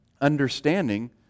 Understanding